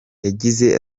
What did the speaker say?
yagize